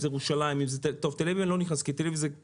אם זה ירושלים אני לא אומר תל אביב כי היא כמו